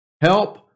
Help